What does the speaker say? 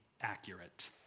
accurate